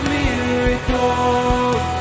miracles